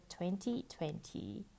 2020